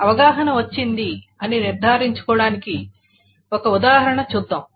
అవగాహన వచ్చిందని నిర్ధారించుకోవడానికి ఒక ఉదాహరణ చేద్దాం